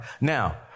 Now